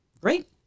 great